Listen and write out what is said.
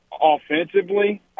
offensively